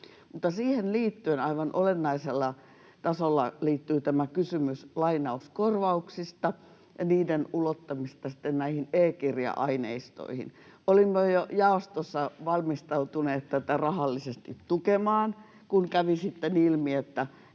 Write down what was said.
Siihen aivan olennaisella tasolla liittyy kysymys lainauskorvauksista ja niiden ulottamisesta e-kirja-aineistoihin. Olimme jo jaostossa valmistautuneet tätä rahallisesti tukemaan, kun kävi sitten